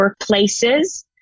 workplaces